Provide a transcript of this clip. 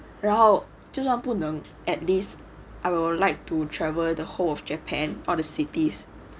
然后就算不能 at least I would like to travel the whole of japan or the cities